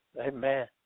Amen